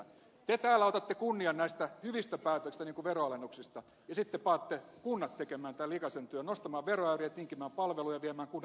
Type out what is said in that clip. te täällä otatte kunnian näistä hyvistä päätöksistä niin kuin veronalennuksista ja sitten te panette kunnat tekemään tämän likaisen työn nostamaan veroäyriä tinkimään palveluja viemään kunnan työntekijöiltä lomarahat